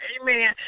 Amen